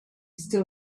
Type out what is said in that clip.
still